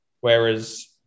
Whereas